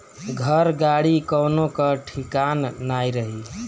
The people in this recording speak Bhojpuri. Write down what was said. घर, गाड़ी कवनो कअ ठिकान नाइ रही